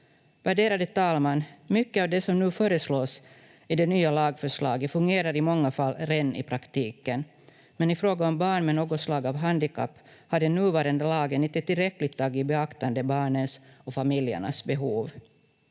Värderade talman! Mycket av det som nu föreslås i det nya lagförslaget fungerar i många fall redan i praktiken, men i fråga om barn med något slag av handikapp har den nuvarande lagen inte tillräckligt tagit i beaktande barnens och familjernas behov.